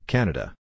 Canada